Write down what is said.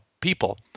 people